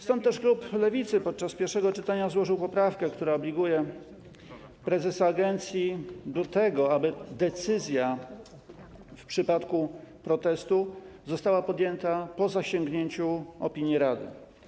Stąd też klub Lewicy podczas pierwszego czytania złożył poprawkę, która obliguje prezesa agencji do tego, aby decyzja w przypadku protestu została podjęta po zasięgnięciu opinii rady.